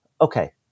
Okay